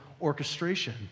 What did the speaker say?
orchestration